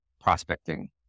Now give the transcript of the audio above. prospecting